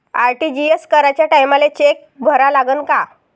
RTGS कराच्या टायमाले cheque भरा लागन का?